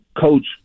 Coach